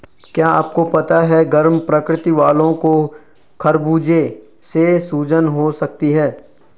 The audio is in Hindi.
क्या आपको पता है गर्म प्रकृति वालो को खरबूजे से सूजन हो सकती है?